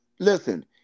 Listen